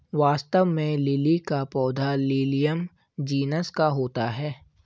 वास्तव में लिली का पौधा लिलियम जिनस का होता है